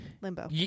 limbo